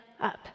up